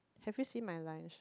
have you seen my line shirt